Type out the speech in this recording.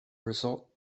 result